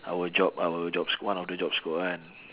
our job our job s~ one of the job scope [one]